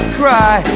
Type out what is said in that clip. cry